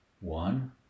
one